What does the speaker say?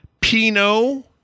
pino